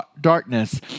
darkness